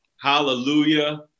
Hallelujah